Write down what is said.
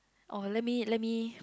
uh let me let me